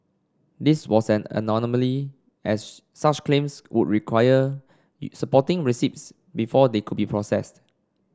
this was an as such claims would require supporting receipts before they could be processed